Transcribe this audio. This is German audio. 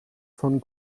von